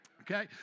Okay